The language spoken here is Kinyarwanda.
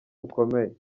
bukomeye